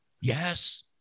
Yes